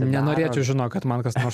nenorėčiau žinot kad man kas nors